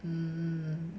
hmm